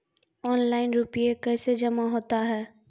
Online रुपये कैसे जमा होता हैं?